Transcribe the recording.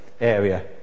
area